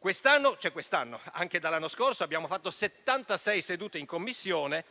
dall'anno scorso abbiamo fatto 76 sedute in Commissione,